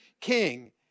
king